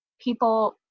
people